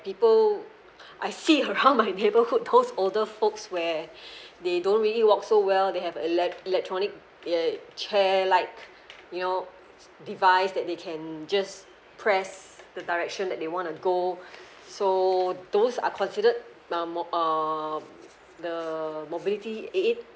people I see around my neighborhood those older folks where they don't really walk so well they have elect~ electronic chair like you know device that they can just press the direction that they want to go so those are considered uh mob~ um the mobility aid